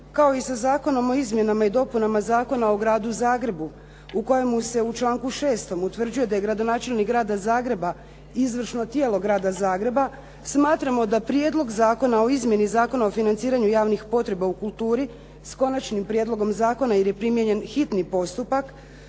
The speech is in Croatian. kao i sa Zakonom o izmjenama i dopunama Zakona o Gradu Zagrebu u kojemu se u članku 6. utvrđuje da je gradonačelnik Grada Zagreba izvršno tijelo Grada Zagreba smatramo da Prijedlog zakona o izmjeni Zakona o financiranju javnih potreba u kulturi s Konačnim prijedlogom zakona jer je primijenjen hitni postupak.